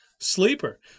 Sleeper